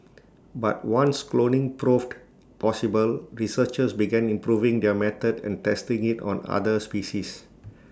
but once cloning proved possible researchers began improving their method and testing IT on other species